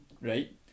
right